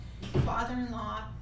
father-in-law